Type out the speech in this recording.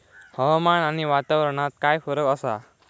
हवामान आणि वातावरणात काय फरक असा?